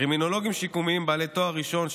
קרימינולוגים שיקומיים בעלי תואר ראשון,